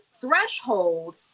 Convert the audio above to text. threshold